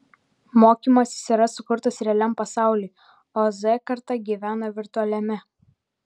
mokymasis yra sukurtas realiam pasauliui o z karta gyvena virtualiame